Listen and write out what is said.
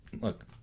look